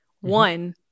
One